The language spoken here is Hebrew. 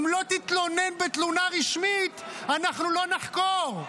אם לא תתלונן בתלונה רשמית אנחנו לא נחקור.